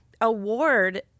award